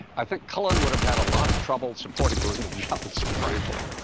i think cullen would have had a lot of trouble supporting lyndon johnson, frankly.